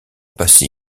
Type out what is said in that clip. passé